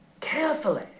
carefully